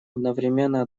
одновременно